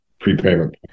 prepayment